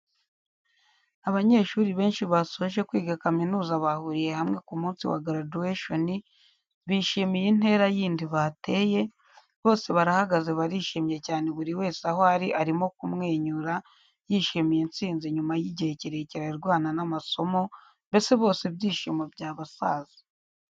Abanyeshuri benshi basoje kwiga kaminuza bahuriye hamwe ku munsi wa graduation bishimiye intera yindi bateye, bose barahagaze barishimye cyane buri wese aho ari arimo kumwenyura yishimiye intsinzi nyuma y'igihe kirekire arwana n'amasomo mbese bose ibyishimo byabasaze.